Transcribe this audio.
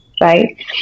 right